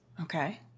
Okay